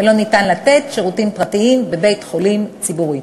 ולא ניתן לתת שירותים פרטיים בבית-חולים ציבורי.